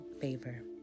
favor